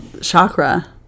chakra